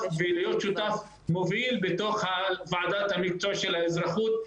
ולהיות שותף מוביל בתוך ועדת מקצוע האזרחות.